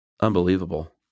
Unbelievable